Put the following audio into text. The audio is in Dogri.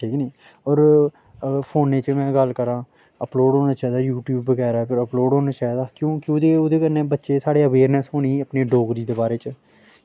ठीक ऐ नी होर अगर फोनै च में गल्ल करां अपलोड़ होना चाहिदा यूट्यूब पर बगैरा अपलोड होना चाहिदा क्योंकि ओह्दे ओह्दे कन्नै बच्चे साढ़े अवेयरनेस होनी अपनी डोगरी दे बारे च